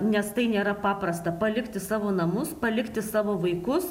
nes tai nėra paprasta palikti savo namus palikti savo vaikus